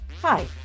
Hi